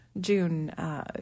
June